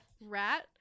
rat